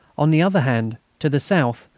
on the other hand, to the south,